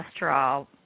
cholesterol